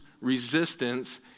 resistance